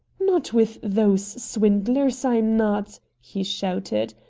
not with those swindlers, i'm not! he shouted.